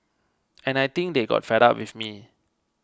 and I think they got fed up with me